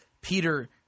Peter